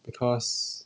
because